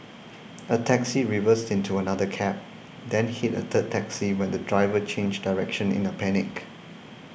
a taxi reversed into another cab then hit a third taxi when the driver changed direction in a panic